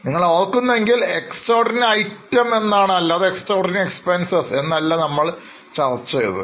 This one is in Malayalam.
നിങ്ങൾ ഓർക്കുന്നു എങ്കിൽ Extraordinary item എന്നാണ് അല്ലാതെ Extraordinary expenses എന്നല്ല നമ്മൾ ചർച്ച ചെയ്തത്